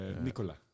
Nicola